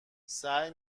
سعی